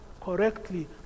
correctly